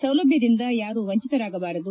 ಸೌಲಭ್ಣದಿಂದ ಯಾರು ವಂಚಿತರಾಗಬಾರದು